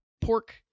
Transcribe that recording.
pork